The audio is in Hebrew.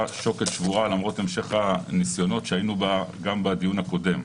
שוקת שבורה למרות המשך הניסיונות שעשינו גם בדיון הקודם.